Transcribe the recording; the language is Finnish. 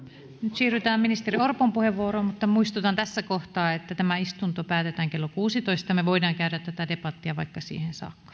siirrytään ministeri orpon puheenvuoroon mutta muistutan tässä kohtaa että tämä istunto päätetään kello kuusitoista me voimme käydä tätä debattia vaikka siihen saakka